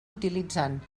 utilitzant